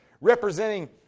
representing